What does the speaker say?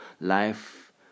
Life